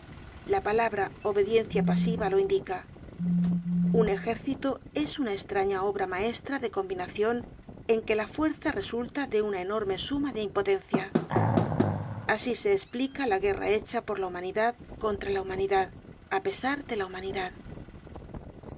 la palabra obediencia pasiva lo indica un ejército es una estraña obra maestra de combinacion en que la fuerza resulta de una enorme suma de impotencia asi se esplica la guerra hecha por la humanidad contra la humanidad á pesar de la humanidad en